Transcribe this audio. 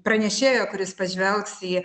pranešėjo kuris pažvelgs į